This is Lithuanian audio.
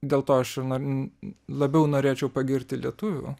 dėl to aš ir nor labiau norėčiau pagirti lietuvių